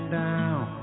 down